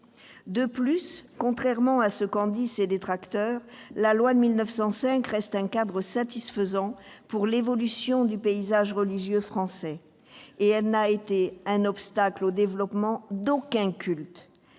De plus, contrairement à ce qu'en disent ses détracteurs, la loi de 1905 reste un cadre satisfaisant pour l'évolution du paysage religieux français et elle n'a été un obstacle au développement d'aucun culte.